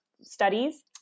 studies